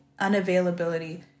unavailability